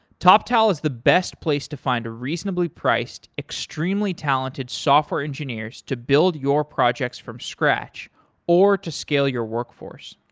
toptal is the best place to find reasonably priced, extremely talented software engineers to build your projects from scratch or to skill your workforce.